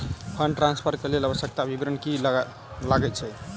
Fund transfer केँ लेल आवश्यक विवरण की की लागै छै?